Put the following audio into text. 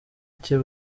cye